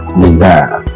desire